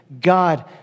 God